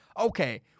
okay